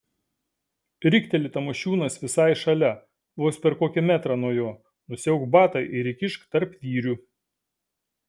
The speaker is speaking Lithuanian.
rikteli tamošiūnas visai šalia vos per kokį metrą nuo jo nusiauk batą ir įkišk tarp vyrių